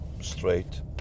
straight